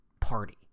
party